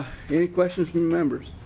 any questions from members?